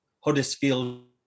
Huddersfield